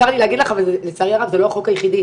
צר לי להגיד לך, אבל לצערי הרב זה לא החוק היחידי.